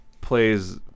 plays